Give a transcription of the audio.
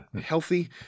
healthy